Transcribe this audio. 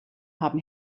haben